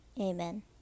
Amen